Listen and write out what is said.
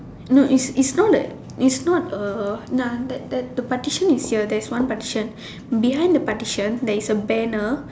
no it's it's not a it's not a nah that that the partition is here there is one partition behind the partition there is a banner